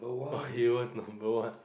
oh he was number one